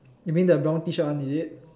you mean the brown T shirt one is it